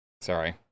Sorry